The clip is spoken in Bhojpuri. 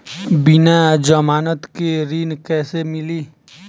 बिना जमानत के ऋण कैसे मिली?